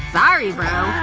sorry, bro.